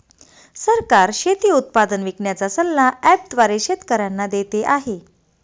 सरकार शेती उत्पादन विकण्याचा सल्ला ॲप द्वारे शेतकऱ्यांना देते आहे